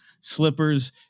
slippers